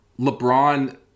LeBron